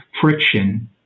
friction